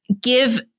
give